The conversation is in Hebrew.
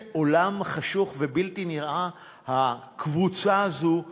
עולם חשוך ובלתי נראה הקבוצה הזאת נמצאת.